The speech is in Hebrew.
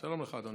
התגעגענו.